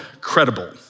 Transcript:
Credible